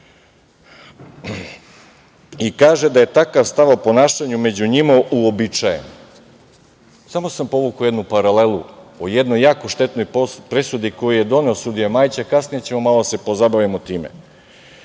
i kaže da je takav stav o ponašanju među njima uobičajen. Samo sam povukao jednu paralelu o jednoj jako štetnoj presudi koju je doneo sudija Majić, a kasnije ćemo malo da se pozabavimo time. Dalje